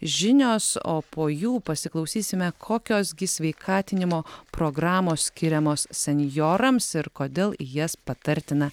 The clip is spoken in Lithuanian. žinios o po jų pasiklausysime kokios gi sveikatinimo programos skiriamos senjorams ir kodėl jas patartina